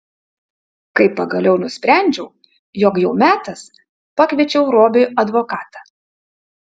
kai pagaliau nusprendžiau jog jau metas pakviečiau robiui advokatą